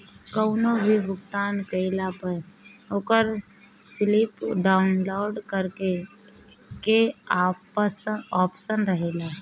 कवनो भी भुगतान कईला पअ ओकर स्लिप डाउनलोड करे के आप्शन रहेला